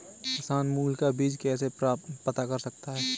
किसान बीज का मूल्य कैसे पता कर सकते हैं?